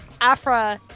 Afra